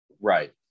Right